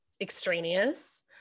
extraneous